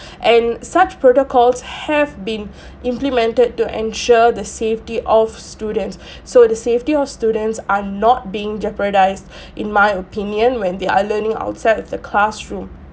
and such protocols have been implemented to ensure the safety of students so the safety of students are not being jeopardized in my opinion when they are learning outside of the classroom